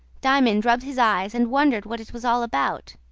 diamond rubbed his eyes, and wondered what it was all about.